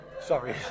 Sorry